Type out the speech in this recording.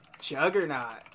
Juggernaut